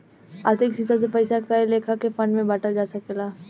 आर्थिक हिसाब से पइसा के कए लेखा के फंड में बांटल जा सकेला